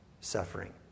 suffering